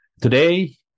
today